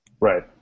Right